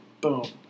boom